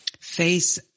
face